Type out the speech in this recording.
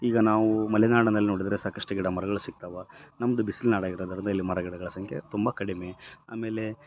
ಈಗ ನಾವು ಮಲೆನಾಡನಲ್ಲಿ ನೋಡಿದರೆ ಸಾಕಷ್ಟು ಗಿಡ ಮರಗಳು ಸಿಗ್ತಾವ ನಮ್ದು ಬಿಸ್ಲು ನಾಡು ಆಗಿರೋದರಿಂದ ಇಲ್ಲಿ ಮರ ಗಿಡಗಳ ಸಂಖ್ಯೆ ತುಂಬ ಕಡಿಮೆ ಆಮೇಲೆ